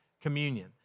communion